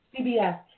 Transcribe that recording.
CBS